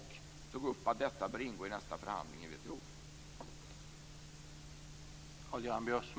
Vi framförde att detta bör ingå i nästa förhandling i WTO.